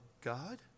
God